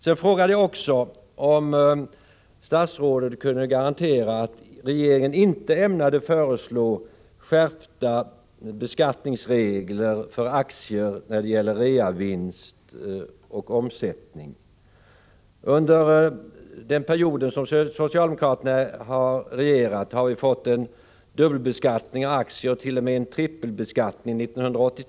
Vidare frågade jag om statsrådet kunde garantera att regeringen inte ämnade föreslå skärpta beskattningsregler för aktier när det gäller reavinst och omsättning. Under den period som socialdemokraterna har regerat har vi fått en dubbelbeskattning av aktier — 19831. o. m. en trippelbeskattning.